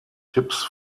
tipps